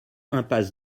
impasse